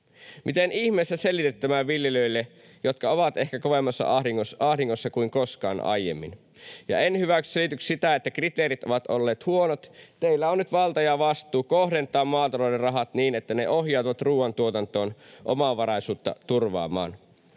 Miten ihmeessä selitätte tämän viljelijöille, jotka ovat ehkä kovemmassa ahdingossa kuin koskaan aiemmin? En hyväksy selitykseksi sitä, että kriteerit ovat olleet huonot. Teillä on nyt valta ja vastuu kohdentaa maatalouden rahat niin, että ne ohjautuvat ruuantuotantoon omavaraisuutta turvaamaan.